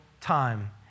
time